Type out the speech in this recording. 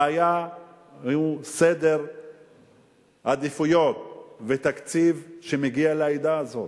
הבעיה היא סדר עדיפויות ותקציב שמגיע לעדה הזאת.